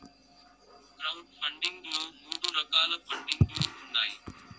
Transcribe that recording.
crowd funding లో మూడు రకాల పండింగ్ లు ఉన్నాయి